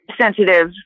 sensitive